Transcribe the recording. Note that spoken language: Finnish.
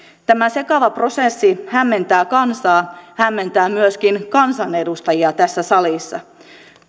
tämä sekava prosessi hämmentää kansaa hämmentää myöskin kansanedustajia tässä salissa